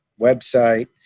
website